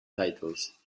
titles